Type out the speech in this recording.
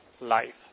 Life